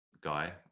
guy